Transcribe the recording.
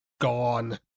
gone